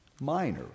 minor